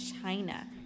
China